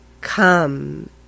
Come